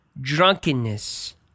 drunkenness